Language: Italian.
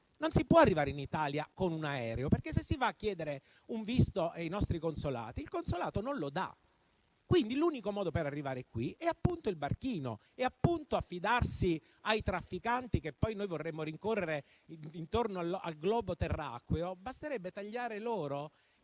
non si può arrivare in Italia con un aereo, perché se si va a chiedere un visto ai nostri consolati, quelli non lo rilasciano. L'unico modo per arrivare qui, quindi, è appunto il barchino, affidandosi ai trafficanti, che poi vorremmo rincorrere intorno al globo terracqueo quando basterebbe tagliare loro